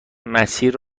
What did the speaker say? مسیر